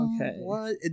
Okay